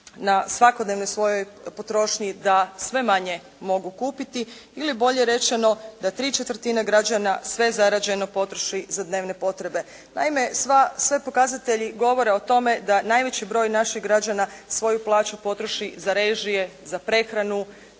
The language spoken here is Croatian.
na svakodnevnoj svojoj potrošnji da sve manje mogu kupiti ili bolje rečeno da tri četvrtine građana sve zarađeno potroši za dnevne potrebe. Naime sva, sve pokazatelji govore o tome da najveći broj naših građana svoju plaću potroši za režije, za prehranu